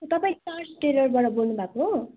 तपाईँ स्टार्स टेलरबाट बोल्नुभएको हो